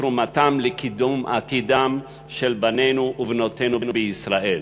ובתרומתם לקידום עתידם של בנינו ובנותינו בישראל.